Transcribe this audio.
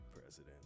president